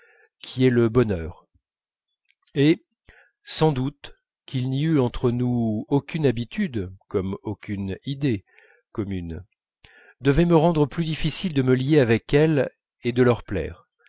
qui est le bonheur et sans doute qu'il n'y eût entre nous aucune habitude comme aucune idée communes devait me rendre plus difficile de me lier avec elles et de leur plaire